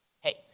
Hey